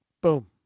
Boom